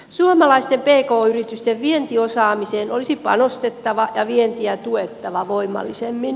suomalaisten pk yritysten vientiosaamiseen olisi panostettava ja vientiä tuettava voimallisemmin